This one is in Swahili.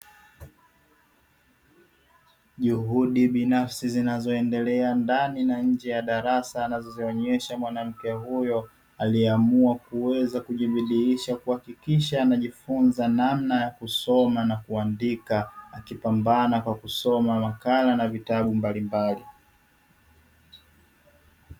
Juhudi binafsi zinazoendelea ndani na nje ya darasa, anazozionyesha mwanamke huyo; aliyeamua kuweza kujibidiisha kuhakikisha anajifunza namna ya kusoma na kuandika, akipambana kwa kusoma makala na vitabu mbalimbali.